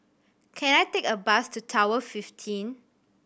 can I take a bus to Tower fifteen